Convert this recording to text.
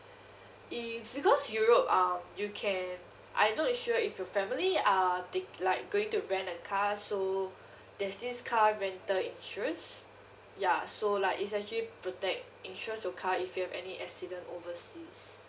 if because europe um you can I'm not sure if your family are take like going to rent a car so there's this car rental insurance ya so like it's actually protect insures your car if you have any accident overseas